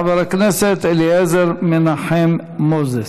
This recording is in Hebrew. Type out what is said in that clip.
חבר הכנסת אליעזר מנחם מוזס.